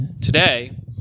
today